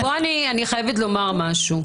פה אני חייבת לומר משהו.